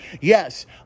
Yes